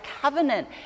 covenant